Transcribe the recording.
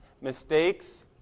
mistakes